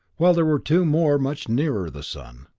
while there were two more much nearer the sun,